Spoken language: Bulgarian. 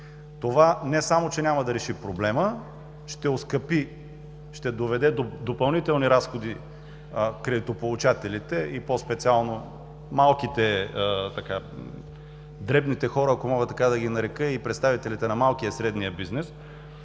Това не само че няма да реши проблема, ще доведе до допълнителни разходи на кредитополучателите и по-специално на малките, на дребните хора, ако мога така да ги нарека и представителите на малкия и средния бизнес.